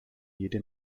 jede